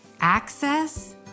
access